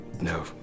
No